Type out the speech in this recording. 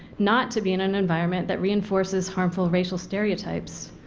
not to be in an environment that reinforces harmful racial stereotypes.